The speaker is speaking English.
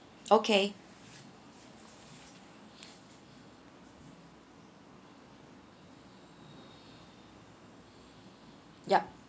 okay yup